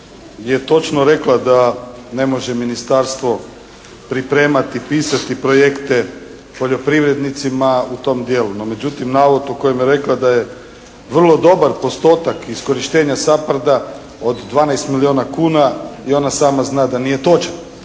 je točno rekla da ne može ministarstvo pripremati, pisati projekte poljoprivrednicima u tom dijelu. No, međutim navod u kojem je rekla da je vrlo dobar postotak iskorištenja SAPHARD-a od 12 milijuna kuna i ona sama zna da nije točan.